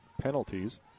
penalties